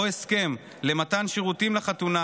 או הסכם למתן שירותים לחתונה,